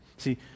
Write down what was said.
See